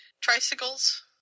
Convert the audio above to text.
tricycles